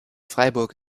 freiburg